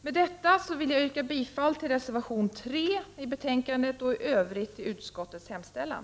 Med detta yrkar jag bifall till reservation 3 i betänkandet samt i övrigt till utskottets hemställan.